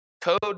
code